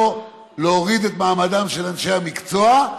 לא להוריד את מעמדם של אנשי המקצוע,